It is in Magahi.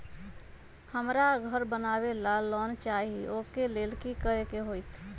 हमरा घर बनाबे ला लोन चाहि ओ लेल की की करे के होतई?